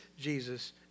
Jesus